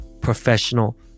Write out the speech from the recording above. professional